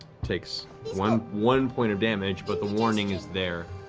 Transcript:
takes one one point of damage, but the warning is there.